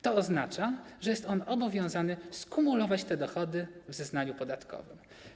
To oznacza, że jest on obowiązany skumulować te dochody w zeznaniu podatkowym.